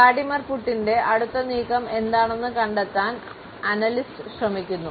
Vladimir പുട്ടിന്റെ അടുത്ത നീക്കം എന്താണെന്ന് കണ്ടെത്താൻ അനലിസ്റ്റ് ശ്രമിക്കുന്നു